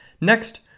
Next